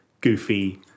goofy